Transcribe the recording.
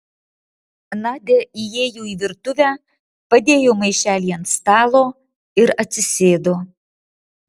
nadia įėjo į virtuvę padėjo maišelį ant stalo ir atsisėdo